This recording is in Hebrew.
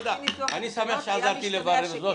אני שמח שעזרת לי לברר זאת.